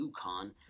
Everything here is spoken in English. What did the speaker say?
UConn